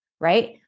right